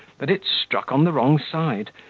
that it struck on the wrong side,